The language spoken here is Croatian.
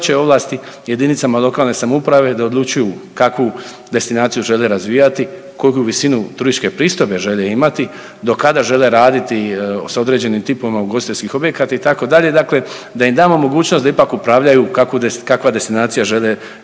veće ovlasti jedinicama lokalne samouprave da odlučuju kakvu destinaciju žele razvijati, koliku visinu turističke pristojbe žele imati, do kada žele raditi s određenim tipovima ugostiteljskih objekata itd., dakle da im damo mogućnost da ipak upravljaju kakvu, kakva destinacije žele biti.